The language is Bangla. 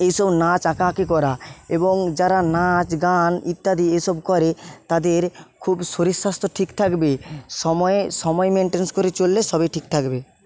এই সব নাচ আঁকা আঁকি করা এবং যারা নাচ গান ইত্যাদি এসব করে তাদের খুব শরীর স্বাস্থ্য ঠিক থাকবে সময়ে সময় মেনটেন্স করে চললে সবই ঠিক থাকবে